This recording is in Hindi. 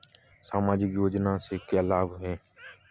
सामाजिक योजना से क्या क्या लाभ हैं बताएँ?